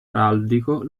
araldico